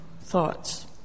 thoughts